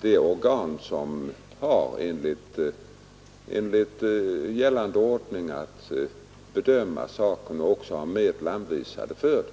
det organ som enligt gällande ordning har att bedöma den och har medel anvisade härför.